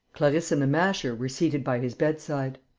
clarisse and the masher were seated by his bedside.